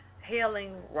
hailing